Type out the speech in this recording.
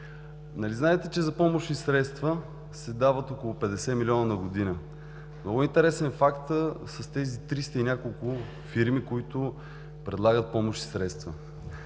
знаете, че за помощни средства се дават около 50 млн. лв. на година. Много интересен факт е с тези триста и няколко фирми, които предлагат помощни средства.